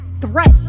threat